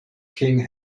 king